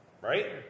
right